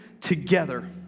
together